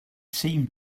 seemed